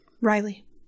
Riley